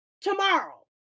tomorrow